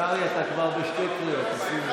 קרעי, אתה כבר בשתי קריאות, תשים לב.